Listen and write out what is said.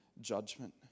judgment